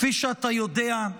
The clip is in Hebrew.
כפי שאתה יודע,